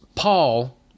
Paul